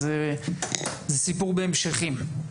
אז זה סיפור בהמשכים.